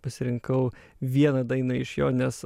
pasirinkau vieną dainą iš jo nes